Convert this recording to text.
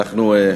אנחנו,